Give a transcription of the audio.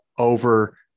over